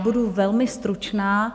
Budu velmi stručná.